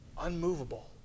unmovable